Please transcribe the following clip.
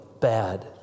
bad